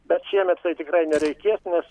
bet šiemet tai tikrai nereikės nes